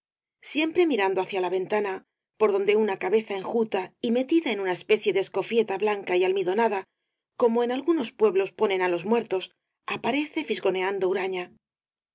siempre mirando hacia la ventana por donde una cabeza enjuta y metida en una especie de escofieta blanca y almidonada como en algunos pueblos ponen á los muertos aparece fisgoneando huraña